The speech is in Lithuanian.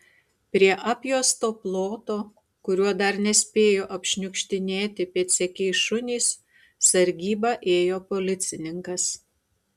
prie apjuosto ploto kurio dar nespėjo apšniukštinėti pėdsekiai šunys sargybą ėjo policininkas